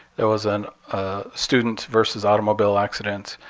there was and a student versus automobile accident.